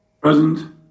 Present